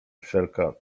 wszelka